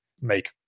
make